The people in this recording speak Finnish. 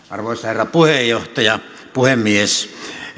arvoisa herra puhemies hallitusohjelma